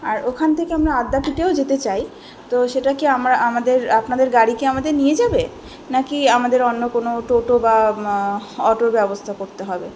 আর ওখান থেকে আমরা আদ্যাপীঠেও যেতে চাই তো সেটা কি আমরা আমাদের আপনাদের গাড়ি কি আমাদের নিয়ে যাবে না কি আমাদের অন্য কোনো টোটো বা অটোর ব্যবস্থা করতে হবে